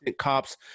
cops